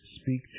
speak